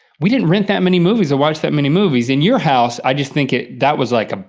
we didn't rent that many movies, or watch that many movies. in your house, i just think that was like, ah